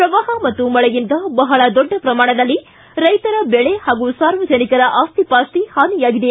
ಪ್ರವಾಹ ಮತ್ತು ಮಳೆಯಿಂದ ಬಹಳ ದೊಡ್ಡ ಪ್ರಮಾಣದಲ್ಲಿ ರೈತರ ಬೆಳೆ ಹಾಗೂ ಸಾರ್ವಜನಿಕರ ಆಸ್ತಿ ಪಾಸ್ತಿ ಹಾನಿಯಾಗಿದೆ